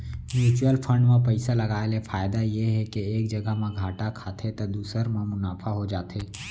mutual fund म पइसा लगाय ले फायदा ये हे के एक जघा म घाटा खाथे त दूसर म मुनाफा हो जाथे